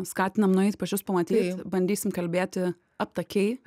skatinam nueit pačius pamatyt bandysim kalbėti aptakiai